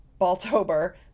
Baltober